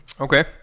Okay